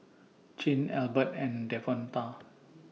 Chin Albert and Devonta